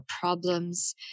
problems